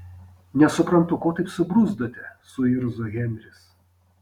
nesuprantu ko taip subruzdote suirzo henris